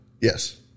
Yes